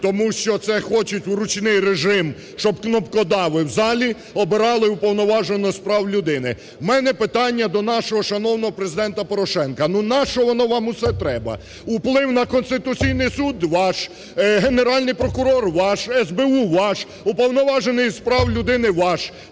тому що це хочуть в ручний режим, щоб кнопкодави в залі обирали Уповноваженого з прав людини. В мене питання до нашого шановного Президента Порошенка: "Ну, нащо воно вам усе треба? Вплив на Конституційний Суд – ваш, Генеральний прокурор – ваш, СБУ – ваш, Уповноважений з прав людини – ваш".